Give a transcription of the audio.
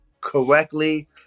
correctly